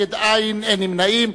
20 בעד, אין מתנגדים ואין נמנעים.